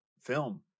film